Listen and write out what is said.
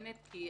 לעומת זאת אם